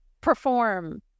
Perform